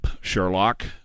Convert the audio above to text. Sherlock